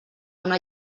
una